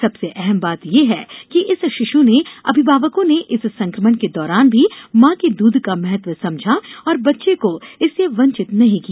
सबसे अहम बात यह है कि इस शिश् के अभिभावकों ने इस संक्रमण के दौरान भी माँ के दूध का महत्व समझा और बच्चे को इससे वंचित नहीं किया